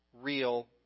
real